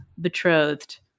betrothed